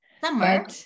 Summer